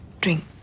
Drink